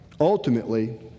ultimately